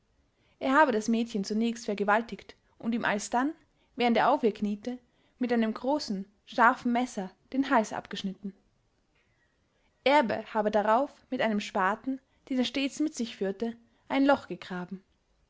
er habe das mädchen zunächst vergewaltigt und ihm alsdann während er auf ihr kniete mit einem großen scharfen messer den hals abgeschnitten erbe habe darauf mit einem spaten den er stets mit sich führte ein loch gegraben